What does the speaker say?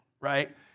right